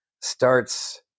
starts